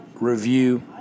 review